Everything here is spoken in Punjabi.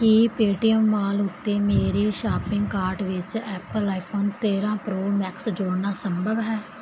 ਕੀ ਪੇਟੀਐਮ ਮਾਲ ਉੱਤੇ ਮੇਰੇ ਸ਼ਾਪਿੰਗ ਕਾਰਟ ਵਿੱਚ ਐਪਲ ਆਈਫੋਨ ਤੇਰਾਂ ਪ੍ਰੋ ਮੈਕਸ ਜੋੜਨਾ ਸੰਭਵ ਹੈ